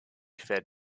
fed